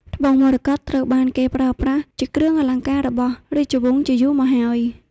ត្បូងមរកតត្រូវបានគេប្រើប្រាស់ជាគ្រឿងអលង្ការរបស់រាជវង្សជាយូរមកហើយ។